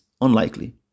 unlikely